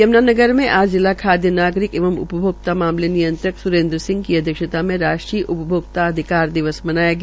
यम्नानगर में आज जिला खाद्य नागरिक एवं उपभोक्ता मामले नियंत्रक स्रेन्द्र सिह की अध्यक्षता में राष्ट्रीय उपभोक्ता अधिकार दिवस मनाया गया